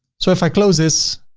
so if i close this,